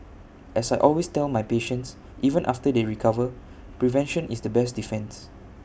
as I always tell my patients even after they recover prevention is the best defence